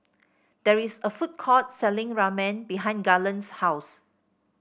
there is a food court selling Ramen behind Garland's house